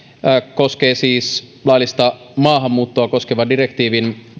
koskee siis laillista maahanmuuttoa koskevan direktiivin